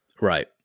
right